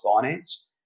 finance